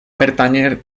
pertànyer